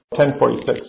1046